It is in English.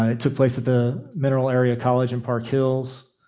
it took place at the mineral area college in park hills.